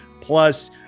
Plus